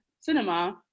cinema